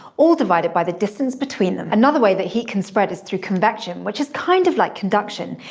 all divided by the distance between them. another way that heat can spread is through convection, which is kind of like conduction,